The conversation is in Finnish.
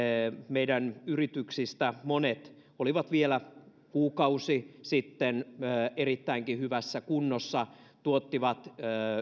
meidän yrityksistä monet olivat vielä kuukausi sitten erittäinkin hyvässä kunnossa tuottivat